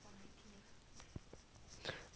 oh ya ya